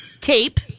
cape